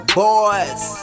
boys